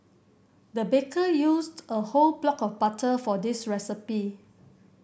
the baker used a whole block of butter for this recipe